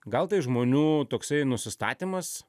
gal tai žmonių toksai nusistatymas